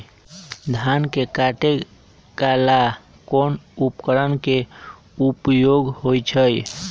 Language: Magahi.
धान के काटे का ला कोंन उपकरण के उपयोग होइ छइ?